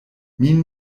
min